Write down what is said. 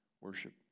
worship